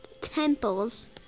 temples